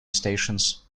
stations